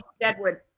Deadwood